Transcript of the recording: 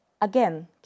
again